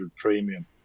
premium